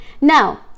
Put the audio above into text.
Now